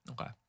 Okay